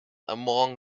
among